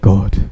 God